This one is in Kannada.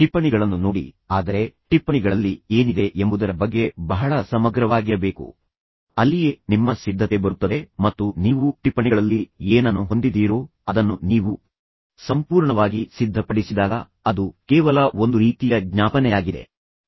ಟಿಪ್ಪಣಿಗಳನ್ನು ನೋಡಿ ಆದರೆ ನಿಮ್ಮ ಟಿಪ್ಪಣಿಗಳಲ್ಲಿ ಏನಿದೆ ಎಂಬುದರ ಬಗ್ಗೆ ನೀವು ಬಹಳ ಸಮಗ್ರವಾಗಿರಬೇಕು ಅಲ್ಲಿಯೇ ನಿಮ್ಮ ಸಿದ್ಧತೆ ಬರುತ್ತದೆ ಮತ್ತು ನೀವು ಟಿಪ್ಪಣಿಗಳಲ್ಲಿ ಏನನ್ನು ಹೊಂದಿದ್ದೀರೋ ಅದನ್ನು ನೀವು ಸಂಪೂರ್ಣವಾಗಿ ಸಿದ್ಧಪಡಿಸಿದಾಗ ಅದು ಕೇವಲ ಒಂದು ರೀತಿಯ ಜ್ಞಾಪನೆಯಾಗಿದೆ ಅದು ಕೇವಲ ನೆನಪಿನ ಸ್ಮರಣೆಯಾಗಿದೆ